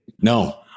No